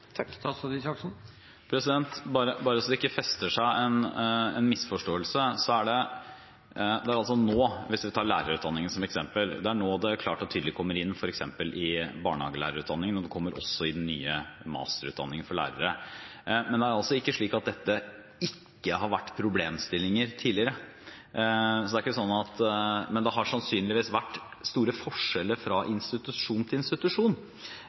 Bare så det ikke fester seg en misforståelse: Hvis vi tar lærerutdanningen som eksempel, er det nå det klart og tydelig kommer inn f.eks. i barnehagelærerutdanningen, og det kommer også i den nye masterutdanningen for lærere. Men det er ikke slik at dette ikke har vært problemstillinger tidligere, men det har sannsynligvis vært store forskjeller fra institusjon til institusjon.